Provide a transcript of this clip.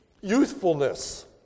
youthfulness